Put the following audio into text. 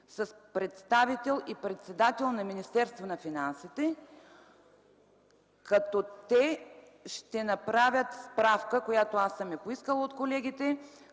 с представител и председател от Министерство на финансите, като те ще направят справка, която аз съм поискала от колегите,